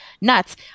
nuts